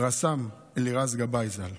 רס"ם אלירז גבאי ז״ל,